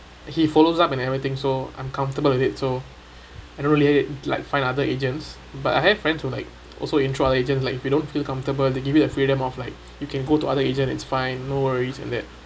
he follows up and everything so I'm comfortable with it so I don't really need like find other agents but I have friends who like also insurance agent like if you don't feel comfortable they give you a freedom of like you can go to other agent it's fine no worries in it